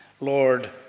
Lord